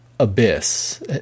abyss